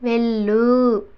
వెళ్ళూ